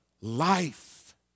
Life